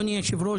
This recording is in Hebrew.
אדוני היושב ראש,